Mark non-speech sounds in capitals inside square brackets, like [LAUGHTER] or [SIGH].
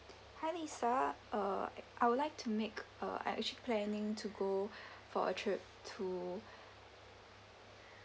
hi lisa uh I would like to make a I actually planning to go [BREATH] for a trip to [BREATH]